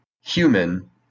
human